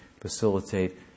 facilitate